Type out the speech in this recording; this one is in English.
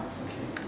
but okay